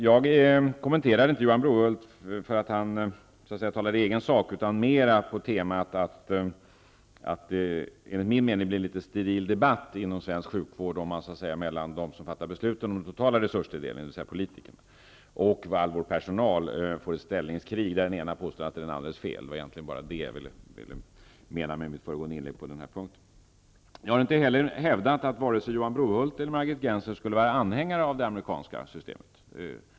Jag kommenterade inte Johan Brohult för att han talade i egen sak utan mera på temat att det enligt min mening blir en litet steril debatt inom svensk sjukvård, om man mellan dem som fattar beslut om den totala resursfördelningen, politikerna, och personalen får ett ställningskrig, där den ena påstår att den andre har fel. Det var det som jag menade med mitt föregående inlägg på denna punkt. Jag har inte heller hävdat att vare sig Johan Brohult eller Margit Gennser skulle vara anhängare av det amerikanska systemet.